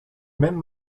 même